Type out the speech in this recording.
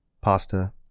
pasta